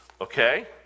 okay